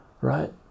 right